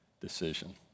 decision